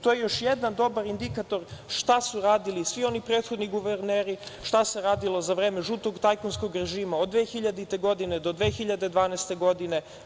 To je još jedan dobar indikator šta su radili svi oni prethodni guverneri, šta se radilo za vreme žutog tajkunskog režima od 2000. godine do 2012. godine.